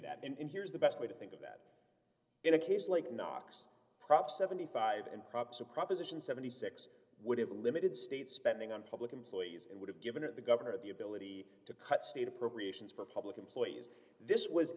that and here's the best way to think of that in a case like knox prop seventy five and prop so proposition seventy six would have limited state spending on public employees it would have given to the governor the ability to cut state appropriations for public employees this was